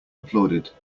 applauded